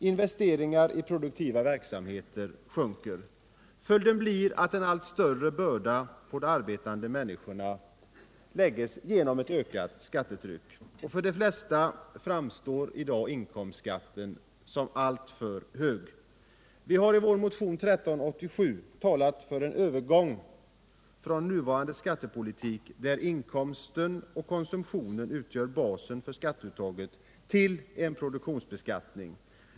Investeringarna i produktiva verksamheter minskar. Följden blir en allt större börda på de arbetande människorna. För de flesta framstår inkomstskatten som alltför hög. Vi har i vår motion 1387 talat för en övergång från nuvarande skattepolitik, där inkomsten och konsumtionen utgör basen för skatteuttaget, till en produktionsbeskattning.